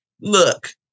Look